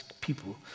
people